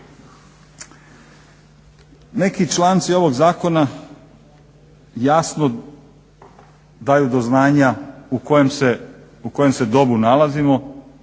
neki članci ovog zakona jasno daju do znanja u kojem se dobu nalazimo,